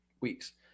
weeks